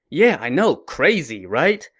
yeah i know, crazy right?